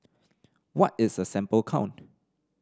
what is a sample count